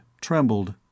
trembled